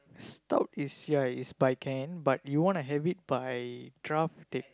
stout is ya is by can but you wanna have it by draft they